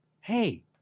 hey